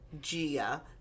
Gia